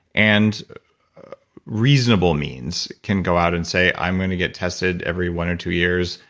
and reasonable means, can go out and say, i'm gonna get tested every one or two years,